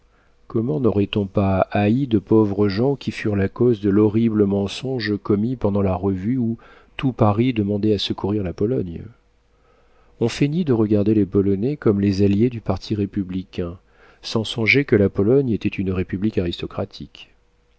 comment n'aurait-on pas haï de pauvres gens qui furent la cause de l'horrible mensonge commis pendant la revue où tout paris demandait à secourir la pologne on feignit de regarder les polonais comme les alliés du parti républicain sans songer que la pologne était une république aristocratique